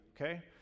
Okay